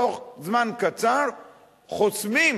בתוך זמן קצר חוסמים.